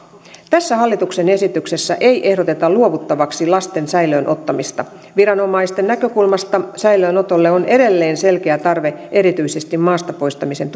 tässä hallituksen esityksessä ei ehdoteta luovuttavaksi lasten säilöön ottamisesta viranomaisten näkökulmasta säilöönotolle on edelleen selkeä tarve erityisesti maasta poistamisen